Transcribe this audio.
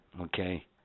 okay